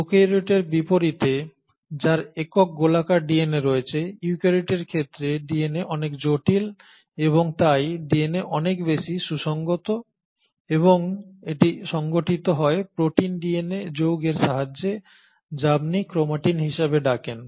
প্রোক্যারিওটের বিপরীতে যার একক গোলাকার ডিএনএ রয়েছে ইউক্যারিওটের ক্ষেত্রে ডিএনএ অনেক জটিল এবং তাই ডিএনএ অনেক বেশি সুসংগত এবং এটি সংগঠিত হয় প্রোটিন ডিএনএ যৌগের সাহায্যে যা আপনি ক্রোমাটিন হিসাবে ডাকেন